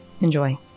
Enjoy